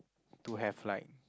to have like